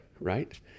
right